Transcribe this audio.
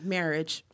Marriage